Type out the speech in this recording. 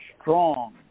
strong